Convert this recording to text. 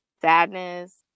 sadness